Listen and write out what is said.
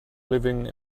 living